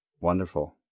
Wonderful